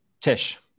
Tish